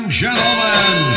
gentlemen